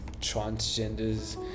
transgenders